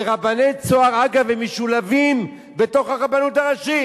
ורבני "צהר", אגב, הם משולבים בתוך הרבנות הראשית.